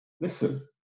listen